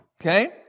Okay